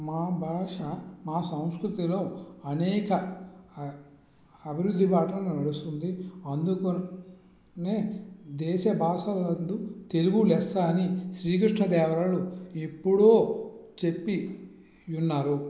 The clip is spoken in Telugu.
మా భాష మా సంస్కృతిలో అనేక అభివృద్ధి బాటలో నడుస్తుంది అందుకని దేశ భాషలందు తెలుగు లెస్స అని శ్రీ కృష్ణ దేవరాయలు ఎప్పుడో చెప్పి ఉన్నారు